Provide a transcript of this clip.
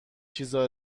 چیزا